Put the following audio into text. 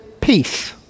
Peace